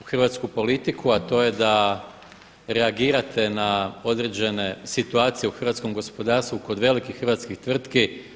u hrvatsku politiku, a to je da reagirate na određene situacije u hrvatskom gospodarstvu kod velikih hrvatskih tvrtki.